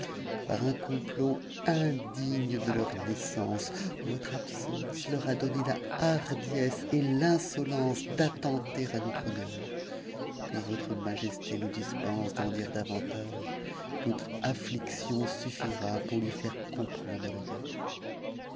par un complot indigne de leur naissance votre absence leur ooae la hardiesse et l'insolence d'attenter à notre honneur que votre ste nous dispense d'en dire davantage notre afuiction sumra pou c comprendre le